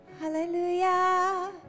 Hallelujah